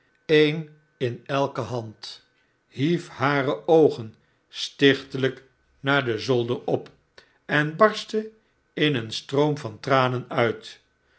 een in elke hand hief hare oogen stichtelijk naar den zolder op en barstte in een stroom van tranen uit